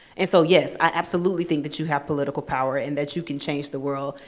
and so yes, i absolutely think that you have political power and that you can change the world,